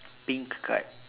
pink card